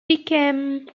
became